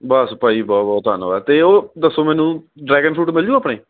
ਬੱਸ ਭਾਅ ਜੀ ਬਹੁਤ ਬਹੁਤ ਧੰਨਵਾਦ ਅਤੇ ਉਹ ਦੱਸੋ ਮੈਨੂੰ ਡਰੈਗਨ ਫਰੂਟ ਮਿਲਜੂ ਆਪਣੇ